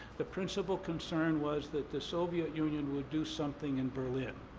the principal concern was that the soviet union would do something in berlin.